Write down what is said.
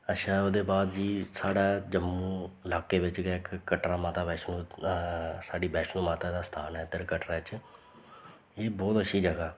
अच्छा ओह्दे बाद जी साढ़े जम्मू लाके बिच्च गै इक कटरा माता बैश्नो साढ़ी माता बैश्नो माता दा स्थान ऐ इत्थै कटरा च एह् बोह्त अच्छी जगह्